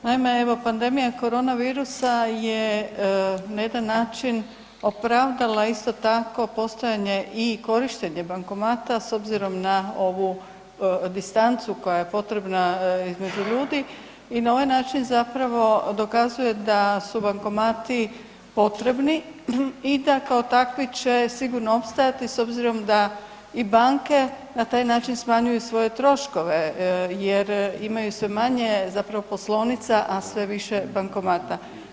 Naime, evo pandemija Corona virusa je na jedan način opravdala isto tako postojanje i korištenje bankomata s obzirom na ovu distancu koja je potrebna između ljudi i na ovaj način zapravo dokazuje da su bankomati potrebni i da kao takvi će sigurno opstajati s obzirom da banke na taj način smanjuju svoje troškove, jer imaju sve manje zapravo poslovnica a sve više bankomata.